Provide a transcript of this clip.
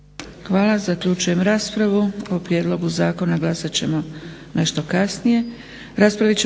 Hvala. Zaključujem raspravu o prijedlogu zakona glasat ćemo nešto kasnije.